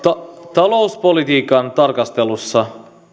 talouspolitiikan tarkastelussa